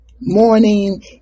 morning